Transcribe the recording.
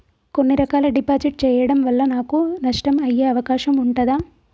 కొన్ని రకాల డిపాజిట్ చెయ్యడం వల్ల నాకు నష్టం అయ్యే అవకాశం ఉంటదా?